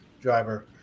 driver